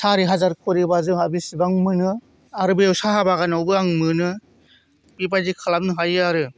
सारि हाजार खरिबा जोंहा बेसेबां मोनो आरो बेयाव साहा बागानावबो आं मोनो बेबायदि खालामनो हायो आरो